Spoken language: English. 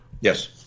Yes